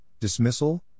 dismissal